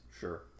Sure